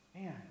Man